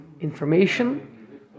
information